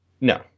No